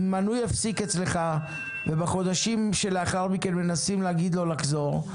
אם מנוי הפסיק אצלך ובחודשים שלאחר מכן מנסים להגיד לו לחזור,